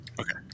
Okay